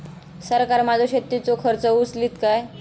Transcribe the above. सरकार माझो शेतीचो खर्च उचलीत काय?